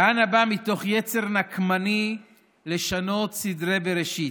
כהנא בא מתוך יצר נקמני לשנות סדרי בראשית.